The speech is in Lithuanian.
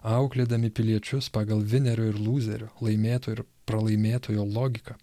auklėdami piliečius pagal vinerių ir lūzerių laimėtojo ir pralaimėtojo logiką